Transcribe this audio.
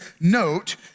note